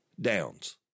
Downs